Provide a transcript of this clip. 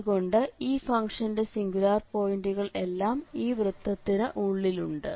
അതുകൊണ്ട് ഈ ഫംഗ്ഷന്റെ സിംഗുലാർ പോയിന്റ്കൾ എല്ലാം ഈ വൃത്തത്തിനു ഉള്ളിൽ ഉണ്ട്